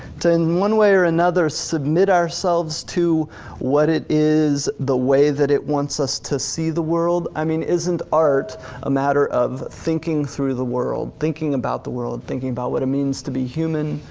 to and one way or another submit ourselves to what it is the way that it wants us to see the world, i mean isn't art a matter of thinking through the world, thinking about the world, thinking about what it means to be human,